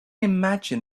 imagine